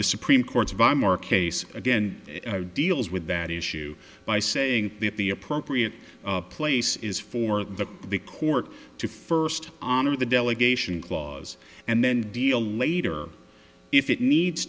the supreme court's weimar case again deals with that issue by saying that the appropriate place is for the court to first honor the delegation clause and then deal later if it needs